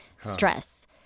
stress